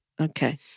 Okay